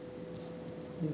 S